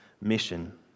mission